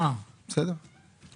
מה שולדימיר אמר,